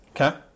Okay